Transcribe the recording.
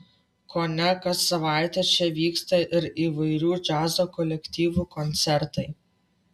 kone kas savaitę čia vyksta ir įvairių džiazo kolektyvų koncertai